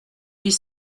huit